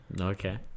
okay